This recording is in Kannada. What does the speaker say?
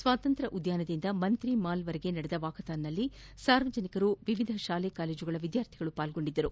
ಸ್ವಾತಂತ್ರ್ ಉದ್ಯಾನದಿಂದ ಮಂತ್ರಿಮಾಲ್ವರೆಗೆ ನಡೆದ ವಾಕಥಾನ್ನಲ್ಲಿ ಸಾರ್ವಜನಿಕರು ವಿವಿಧ ಶಾಲಾ ಕಾಲೇಜು ವಿದ್ಯಾರ್ಥಿಗಳು ಭಾಗವಹಿಸಿದ್ದರು